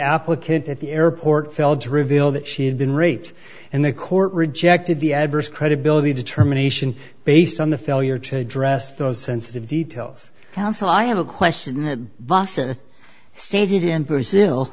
applicant at the airport failed to reveal that she had been raped and the court rejected the adverse credibility determination based on the failure to address those sensitive details counsel i am a question busson stated in brazil